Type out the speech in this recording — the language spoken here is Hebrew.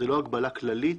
זה לא הגבלה כללית.